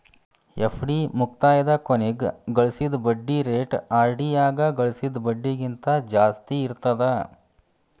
FD ಮುಕ್ತಾಯದ ಕೊನಿಗ್ ಗಳಿಸಿದ್ ಬಡ್ಡಿ ರೇಟ ಆರ್.ಡಿ ಯಾಗ ಗಳಿಸಿದ್ ಬಡ್ಡಿಗಿಂತ ಜಾಸ್ತಿ ಇರ್ತದಾ